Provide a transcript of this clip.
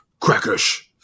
Crackish